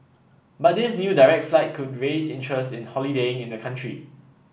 but this new direct flight could raise interest in holidaying in the country